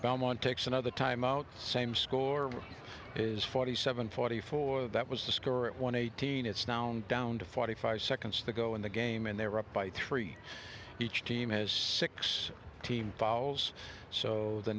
belmont takes another time out same score is forty seven forty four that was the score at one eighteen it's now on down to forty five seconds to go in the game and they're up by three each team has six team fouls so the